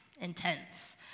intense